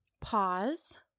pause